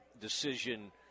decision